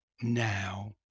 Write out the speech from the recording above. now